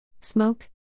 Smoke